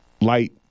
Light